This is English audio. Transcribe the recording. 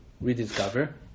rediscover